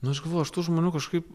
nu aš galvoju aš tų žmonių kažkaip